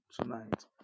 tonight